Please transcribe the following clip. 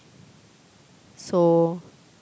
so